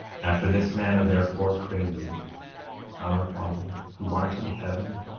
after this manner therefore pray ye our father who art in heaven,